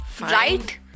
right